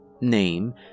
Name